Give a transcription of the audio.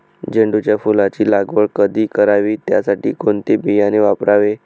झेंडूच्या फुलांची लागवड कधी करावी? त्यासाठी कोणते बियाणे वापरावे?